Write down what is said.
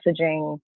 messaging